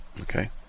Okay